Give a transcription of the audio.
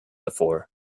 before